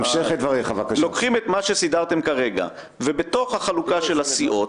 לוקחים את מה שסידרתם כרגע ובתוך החלוקה של הסיעות